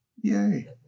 Yay